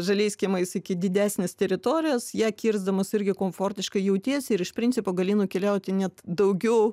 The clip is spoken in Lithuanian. žaliais kiemais iki didesnės teritorijos ją kirsdamas irgi komfortiškai jautiesi ir iš principo gali nukeliauti net daugiau